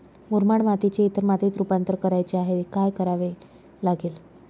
मुरमाड मातीचे इतर मातीत रुपांतर करायचे आहे, काय करावे लागेल?